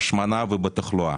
בהשמנה ובתחלואה.